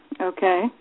Okay